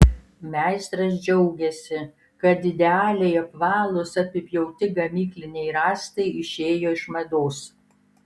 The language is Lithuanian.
meistras džiaugiasi kad idealiai apvalūs apipjauti gamykliniai rąstai išėjo iš mados